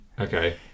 okay